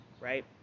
right